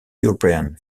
european